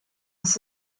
ist